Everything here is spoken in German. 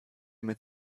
mit